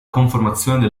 conformazione